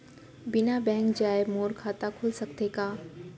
बिना बैंक जाए मोर खाता खुल सकथे का?